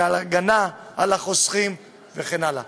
של הגנה על החוסכים וכן הלאה.